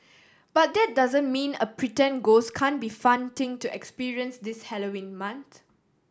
but that doesn't mean a pretend ghost can't be fun thing to experience this Halloween month